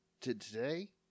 today